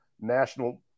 National